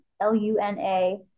L-U-N-A